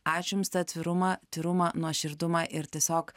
ačiū jums tą atvirumą tyrumą nuoširdumą ir tiesiog